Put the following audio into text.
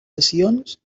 sessions